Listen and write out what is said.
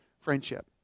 friendship